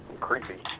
Creepy